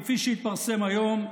כפי שהתפרסם היום,